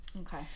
okay